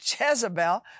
Jezebel